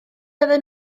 oedden